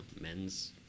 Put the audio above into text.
Men's